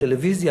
טלוויזיה,